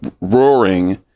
roaring